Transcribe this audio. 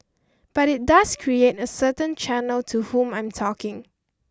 but it does create a certain channel to whom I'm talking